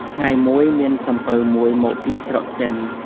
ថ្ងៃមួយ មានសំពៅមួយមកពីស្រុកចិន។